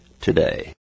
today